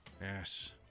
Yes